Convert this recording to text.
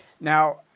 Now